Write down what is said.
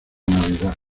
navidad